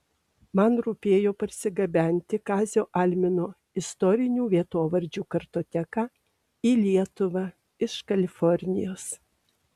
man rūpėjo parsigabenti kazio almino istorinių vietovardžių kartoteką į lietuvą iš kalifornijos